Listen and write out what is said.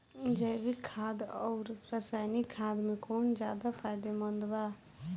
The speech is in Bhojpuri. जैविक खाद आउर रसायनिक खाद मे कौन ज्यादा फायदेमंद बा?